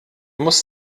muss